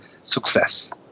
success